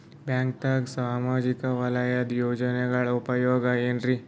ಬ್ಯಾಂಕ್ದಾಗ ಸಾಮಾಜಿಕ ವಲಯದ ಯೋಜನೆಗಳ ಉಪಯೋಗ ಏನ್ರೀ?